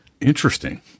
Interesting